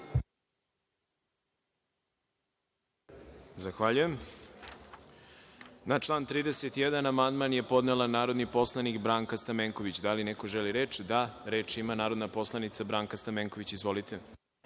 Zahvaljujem. Na član 31. amandman je podnela narodni poslanik Branka Stamenković. Da li neko želi reč? (Da)Reč ima narodna poslanica Branka Stamenković. Izvolite.